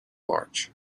march